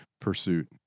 pursuit